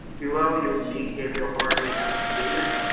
below you'll see gabriel harvey having dated,